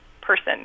person